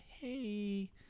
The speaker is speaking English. hey